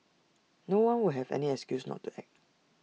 no one will have any excuse not to act